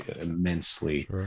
immensely